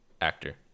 actor